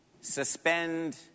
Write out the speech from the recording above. suspend